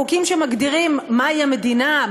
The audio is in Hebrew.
החוקים שמגדירים מהי המדינה,